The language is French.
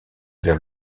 vers